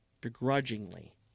begrudgingly